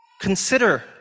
Consider